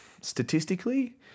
statistically